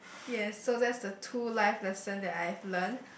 yes so that's the two life lesson that I have learn